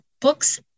books